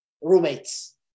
roommates